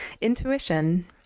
intuition